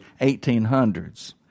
1800s